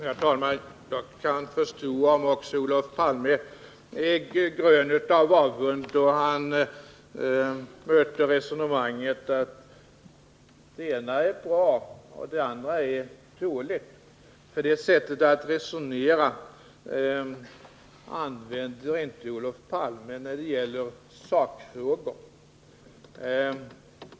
Herr talman! Jag kan förstå om också Olof Palme är grön av avund, då han möter resonemanget att det ena är bra och det andra är dåligt. Det sättet att resonera använder inte Olof Palme när det gäller sakfrågor.